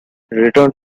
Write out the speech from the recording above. returned